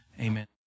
Amen